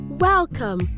Welcome